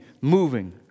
moving